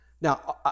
Now